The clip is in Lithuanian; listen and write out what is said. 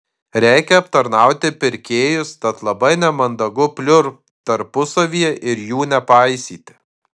reikia aptarnauti pirkėjus tad labai nemandagu pliurpt tarpusavyje ir jų nepaisyti